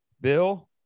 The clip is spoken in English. bill